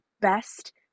best